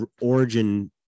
origin